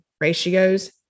ratios